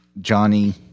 Johnny